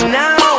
now